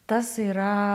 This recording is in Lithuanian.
tas yra